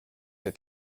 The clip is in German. der